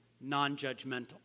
non-judgmental